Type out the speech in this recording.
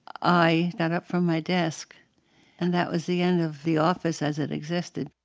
i got up from my desk and that was the end of the office as it existed.